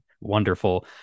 wonderful